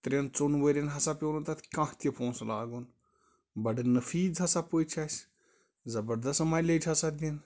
ترین ژۄن ؤرین ہسا نہ پیوٚو نہٕ تَتھ کانہہ تہِ پونسہٕ لاگُن بڑٕ نٔفیٖس ہسا پٔچ اَسہِ زَبرددست مایلیج ہسا دنۍ